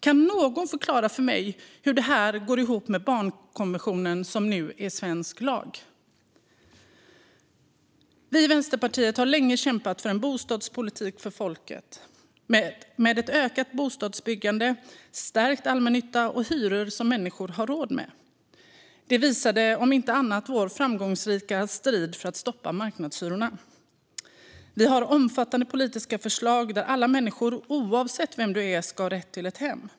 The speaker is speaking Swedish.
Kan någon förklara för mig hur detta går ihop med barnkonventionen, som nu är svensk lag? Vi i Vänsterpartiet har länge kämpat för en bostadspolitik för folket med ökat bostadsbyggande, stärkt allmännytta och hyror som människor har råd med. Det visade om inte annat vår framgångsrika strid för att stoppa marknadshyrorna. Vi har omfattande politiska förslag där alla människor, oavsett vilka de är, ska ha rätt till ett hem.